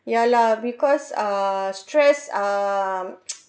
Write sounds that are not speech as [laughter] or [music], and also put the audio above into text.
ya lah because uh stress um [noise]